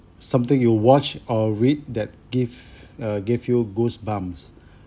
something you watch or read that give uh give you goosebumps